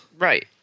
Right